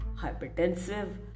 hypertensive